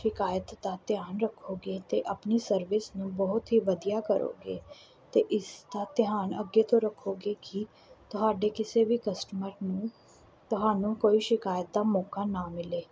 ਸ਼ਿਕਾਇਤ ਦਾ ਧਿਆਨ ਰੱਖੋਗੇ ਅਤੇ ਆਪਣੀ ਸਰਵਿਸ ਨੂੰ ਬਹੁਤ ਹੀ ਵਧੀਆ ਕਰੋਗੇ ਅਤੇ ਇਸ ਦਾ ਧਿਆਨ ਅੱਗੇ ਤੋਂ ਰੱਖੋਗੇ ਕਿ ਤੁਹਾਡੇ ਕਿਸੇ ਵੀ ਕਸਟਮਰ ਨੂੰ ਤੁਹਾਨੂੰ ਕੋਈ ਸ਼ਿਕਾਇਤ ਦਾ ਮੌਕਾ ਨਾ ਮਿਲੇ